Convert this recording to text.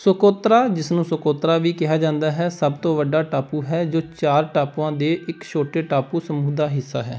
Socotra ਜਿਸ ਨੂੰ Socotra ਵੀ ਕਿਹਾ ਜਾਂਦਾ ਹੈ ਸਭ ਤੋਂ ਵੱਡਾ ਟਾਪੂ ਹੈ ਜੋ ਚਾਰ ਟਾਪੂਆਂ ਦੇ ਇੱਕ ਛੋਟੇ ਟਾਪੂ ਸਮੂਹ ਦਾ ਹਿੱਸਾ ਹੈ